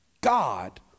God